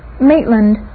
Maitland